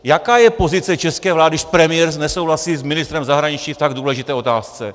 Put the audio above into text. Jaká je pozice české vlády, když premiér nesouhlasí s ministrem zahraničí v tak důležité otázce?